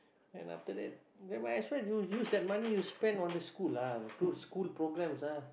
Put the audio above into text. and after that then might as well you use that money you spend on the school lah do school programs ah